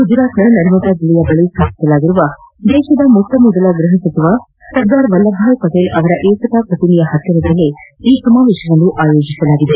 ಗುಜರಾತ್ನ ನರ್ಮದಾ ಜಿಲ್ಲೆಯ ಬಳಿ ಸ್ಲಾಪಿಸಲಾಗಿರುವ ದೇಶದ ನಿಟ್ಲ ಮೊಟ್ಲ ಮೊದಲ ಗ್ವಹ ಸಚಿವ ಸರ್ದಾರ್ ವಲ್ಲಭಭಾಯ್ ಪಟೀಲ್ ಅವರ ಏಕತಾ ಪ್ರತಿಮೆ ಬಳಿಯಲ್ಲಿ ಈ ಸಮಾವೇಶವನ್ನು ಆಯೋಜಿಸಲಾಗಿದೆ